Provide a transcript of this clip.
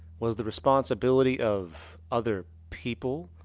was the responsibility of. other people.